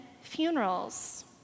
funerals